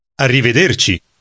Arrivederci